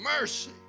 mercy